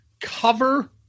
cover